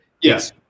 Yes